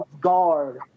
guard